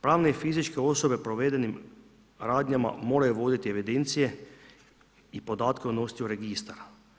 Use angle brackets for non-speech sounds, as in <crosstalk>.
Pravne i fizičke osobe provedenim radnjama moraju voditi evidencije i podatke o ... <unintelligible> registra.